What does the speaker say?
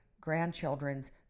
grandchildren's